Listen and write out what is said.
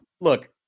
look